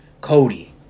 cody